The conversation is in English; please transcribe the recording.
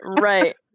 right